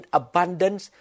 abundance